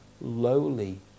lowly